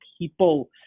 people